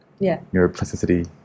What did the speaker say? neuroplasticity